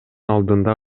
алдында